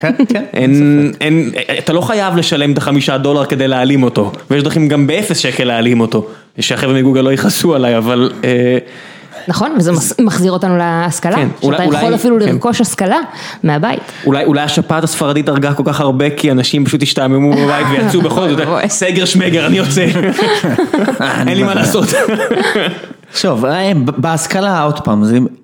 אתה לא חייב לשלם את החמישה דולר כדי להעלים אותו, ויש דרכים גם באפס שקל להעלים אותו. שהחבר'ה מגוגל לא ייחסו עליי, אבל... נכון, וזה מחזיר אותנו להשכלה. שאתה יכול אפילו לרכוש השכלה מהבית. אולי השפעת הספרדית הרגה כל כך הרבה כי אנשים פשוט ישתעממו מבית ויצאו בכל זאת. סגר שמגר, אני יוצא, אין לי מה לעשות. עכשיו, בהשכלה, עוד פעם זה לא טוב לעשות מה שאסור צריך להימנע מלעשות שטויות.